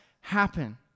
happen